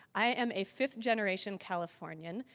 i am a fifth generation californian.